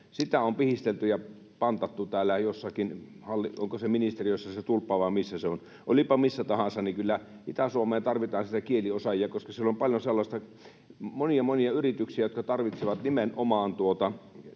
Sitä on pihistelty ja pantattu täällä jossakin. Onko se tulppa ministeriössä, vai missä se on? Olipa missä tahansa, niin kyllä Itä-Suomeen tarvitaan niitä kieliosaajia, koska siellä on monia, monia yrityksiä, jotka tarvitsevat nimenomaan panoksia